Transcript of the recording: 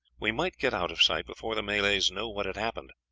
we might get out of sight before the malays knew what had happened.